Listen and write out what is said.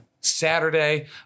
Saturday